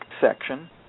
section